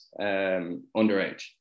underage